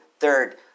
Third